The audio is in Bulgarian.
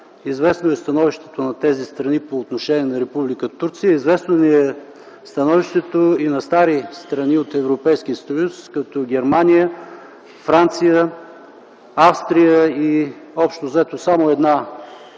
Известно е становището на тези страни по отношение на Република Турция. Известно ви е становището и на стари страни от Европейския съюз като Германия, Франция, Австрия и общо взето само една,